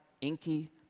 inky